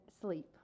sleep